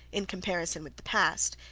in comparison with the past,